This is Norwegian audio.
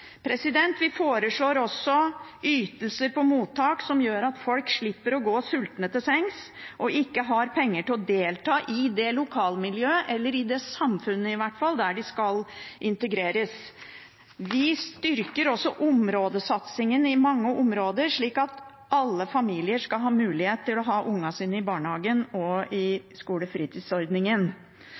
Vi foreslår også ytelser på mottak som gjør at folk slipper å gå sultne til sengs eller ikke har penger til å delta i det lokalmiljøet og samfunnet de skal integreres i. Vi styrker også områdesatsingen i mange områder, slik at alle familier skal ha mulighet til å ha ungene sine i barnehagen og i skolefritidsordningen.